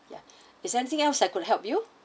ya is there anything else I could help you